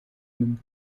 même